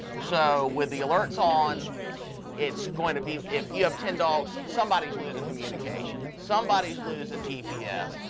so with the alerts on it's going to be if you have ten dogs somebody's losing communication, somebody's losing gps,